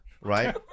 right